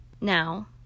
Now